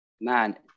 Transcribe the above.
man